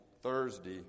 Thursday